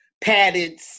padded